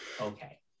Okay